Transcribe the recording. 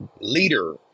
leader